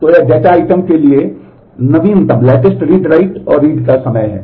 तो यह data item के लिए नवीनतम रीड राइट और रीड का समय है